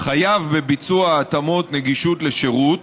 חייב בביצוע התאמות נגישות לשירות